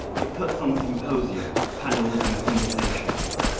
it puts on symposia, panels, and conversations.